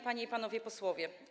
Panie i Panowie Posłowie!